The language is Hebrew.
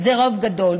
זה רוב גדול,